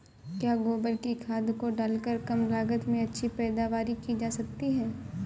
क्या गोबर की खाद को डालकर कम लागत में अच्छी पैदावारी की जा सकती है?